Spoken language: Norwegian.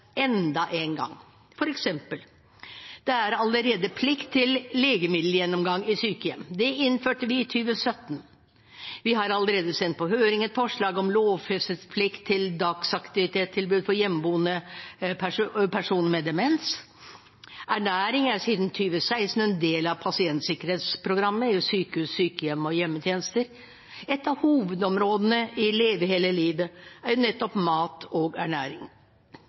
enda en gang. For eksempel: Det er allerede plikt til legemiddelgjennomgang i sykehjem. Det innførte vi i 2017. Vi har allerede sendt på høring et forslag om lovfestet plikt til dagaktivitetstilbud for hjemmeboende personer med demens. Ernæring er siden 2016 en del av pasientsikkerhetsprogrammet i sykehus, sykehjem og hjemmetjenester. Et av hovedområdene i Leve hele livet er nettopp mat og ernæring.